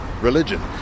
religion